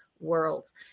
worlds